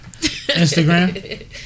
Instagram